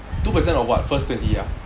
two percent of what first twenty ah